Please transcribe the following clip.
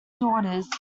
daughters